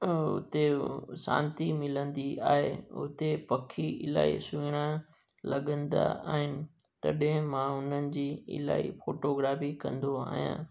उते शांति मिलंदी आहे उते पखी इलाही सुहिणा लगंदा आहिनि तॾहिं मां उन्हनि जी इलाही फ़ोटोग्राफी कंदो आहियां